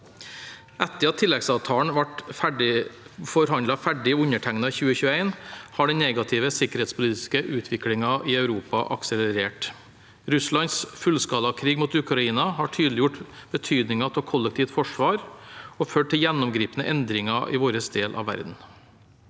Etter at tilleggsavtalen ble forhandlet ferdig og undertegnet i 2021, har den negative sikkerhetspolitiske utviklingen i Europa akselerert. Russlands fullskalakrig mot Ukraina har tydeliggjort betydningen av kollektivt forsvar og ført til gjennomgripende endringer i vår del av verden.